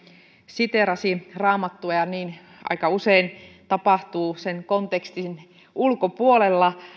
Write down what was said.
siteerasi raamattua ja niin aika usein tapahtuu sen kontekstin ulkopuolella